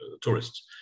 tourists